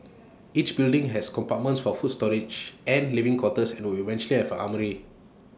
each building has compartments for food storage and living quarters and would eventually have armoury